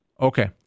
Okay